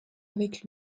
avec